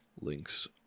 Link's